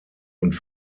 und